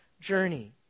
journey